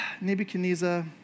Nebuchadnezzar